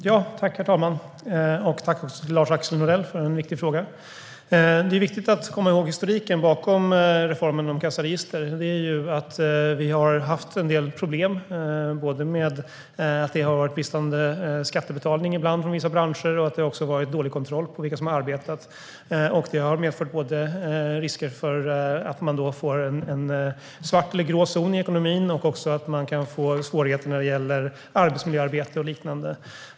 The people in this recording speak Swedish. Herr talman! Tack, Lars-Axel Nordell, för en viktig fråga! Det är viktigt att komma ihåg historiken bakom reformen av kassaregister. Vi har ju haft en del problem med att skattebetalningen från vissa branscher ibland har varit bristande och att man har haft dålig kontroll på vilka som har arbetat. Det har medfört risker att vi både får en svart eller grå zon i ekonomin och svårigheter när det gäller arbetsmiljöarbete och liknande.